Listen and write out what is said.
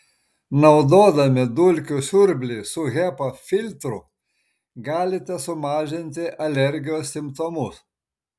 naudodami dulkių siurblį su hepa filtru galite sumažinti alergijos simptomus